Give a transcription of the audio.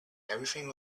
everything